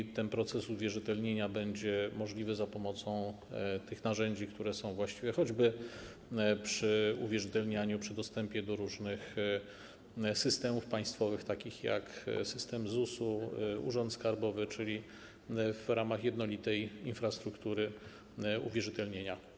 Czy ten proces uwierzytelnienia będzie możliwy za pomocą tych narzędzi, które są właściwe, choćby przy uwierzytelnianiu, przy dostępie do różnych systemów państwowych, takich jak system ZUS-u, urząd skarbowy, czyli w ramach jednolitej infrastruktury uwierzytelnienia?